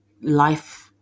life